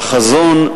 והחזון,